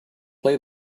play